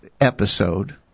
episode